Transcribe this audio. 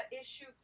issue